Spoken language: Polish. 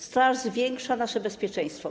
Straż zwiększa nasze bezpieczeństwo.